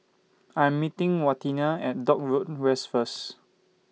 I'm meeting Waneta At Dock Road West First